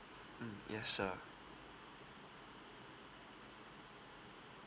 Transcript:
mm yeah sure